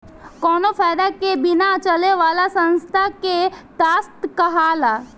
कावनो फायदा के बिना चले वाला संस्था के ट्रस्ट कहाला